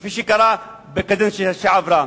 כפי שקרה בקדנציה שעברה?